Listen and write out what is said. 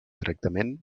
tractament